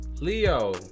Leo